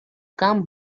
come